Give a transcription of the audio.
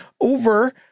over